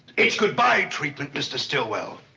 it's goodbye treatment, mr. stillwell!